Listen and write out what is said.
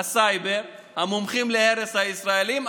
הסייבר, המומחים להרס הישראלים.